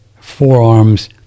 forearms